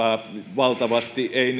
valtavasti ei